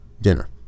dinner